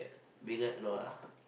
uh Megan no ah